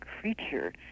creature